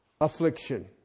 affliction